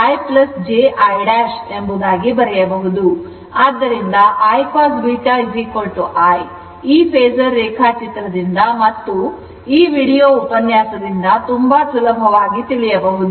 ಆದ್ದರಿಂದ I cos β i ಆ phasor ರೇಖಾಚಿತ್ರದಿಂದ ಮತ್ತು ಈ ವೀಡಿಯೊ ಉಪನ್ಯಾಸದಿಂದ ತುಂಬಾ ಸುಲಭವಾಗಿ ತಿಳಿಯಬಹುದು